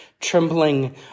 trembling